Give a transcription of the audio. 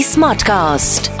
Smartcast